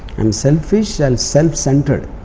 am selfish and self centered.